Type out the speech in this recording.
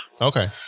Okay